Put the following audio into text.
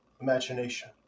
imagination